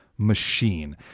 machine.